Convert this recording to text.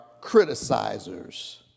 criticizers